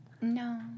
no